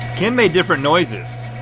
ken made different noises.